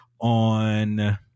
on